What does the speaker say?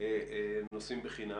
נוסעים בחינם,